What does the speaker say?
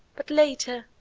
but later,